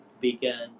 began